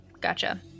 Gotcha